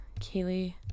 Kaylee